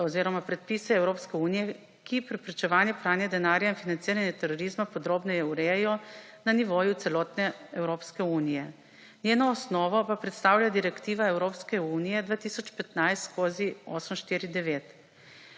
oziroma predpise Evropske unije, ki preprečevanje pranja denarja in financiranja terorizma podrobneje urejajo na nivoju celotne Evropske unije. Njeno osnovo pa predstavlja Direktiva Evropske unije 2015/849.